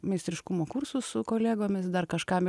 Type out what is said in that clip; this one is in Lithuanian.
meistriškumo kursus su kolegomis dar kažkam